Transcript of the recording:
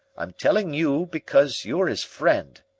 i'm telling you because you're is friend,